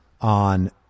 on